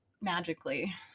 magically